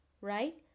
right